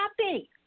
happy